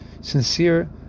sincere